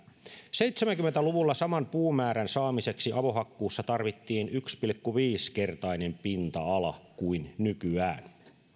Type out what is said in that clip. seitsemänkymmentä luvulla saman puumäärän saamiseksi avohakkuussa tarvittiin yksi pilkku viisi kertainen pinta ala kuin nykyään